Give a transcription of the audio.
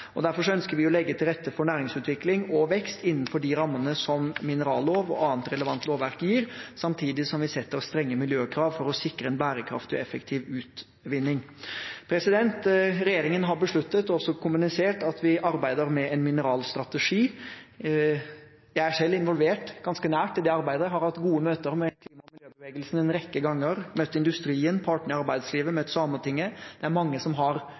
Derfor ønsker vi å legge til rette for næringsutvikling og vekst innenfor de rammene mineralloven og annet relevant lovverk gir, samtidig som vi setter strenge miljøkrav for å sikre en bærekraftig og effektiv utvinning. Regjeringen har besluttet og også kommunisert at vi arbeider med en mineralstrategi. Jeg er selv ganske nært involvert i det arbeidet. Jeg har hatt gode møter med klima- og miljøbevegelsen en rekke ganger, møtt industrien, møtt partene i arbeidslivet, møtt Sametinget. Det er mange som har gode, sterke meninger om dette, som har gode spørsmål, og som har